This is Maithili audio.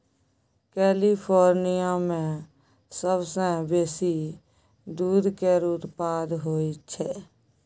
कैलिफोर्निया मे सबसँ बेसी दूध केर उत्पाद होई छै